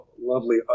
lovely